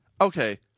Okay